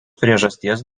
priežasties